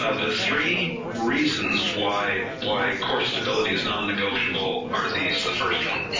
ah the three reasons why why core stability is nonnegotiable, are these, the first one,